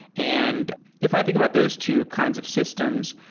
and if i think about those two kinds of systems,